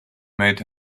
might